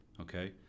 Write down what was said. Okay